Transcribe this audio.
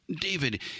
David